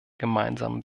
gemeinsamen